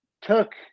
took